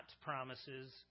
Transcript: promises